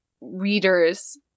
readers